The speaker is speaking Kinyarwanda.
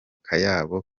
kayabo